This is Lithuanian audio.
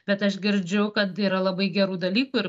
bet aš girdžiu kad yra labai gerų dalykų ir